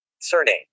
Surname